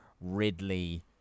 Ridley